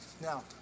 Now